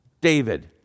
David